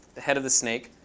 the head of the snake.